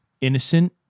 innocent